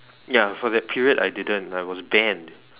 ya for that period I didn't I was banned